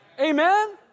Amen